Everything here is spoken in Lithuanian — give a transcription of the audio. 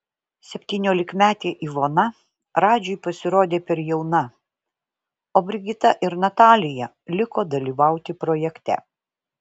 septyniolikmetė ivona radžiui pasirodė per jauna o brigita ir natalija liko dalyvauti projekte